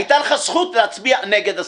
היתה לך זכות להצביע נגד הסעיף.